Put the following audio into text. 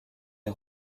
est